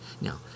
Now